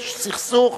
יש סכסוך,